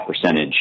percentage